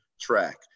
track